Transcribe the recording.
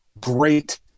great